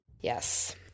yes